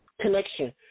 connection